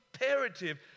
imperative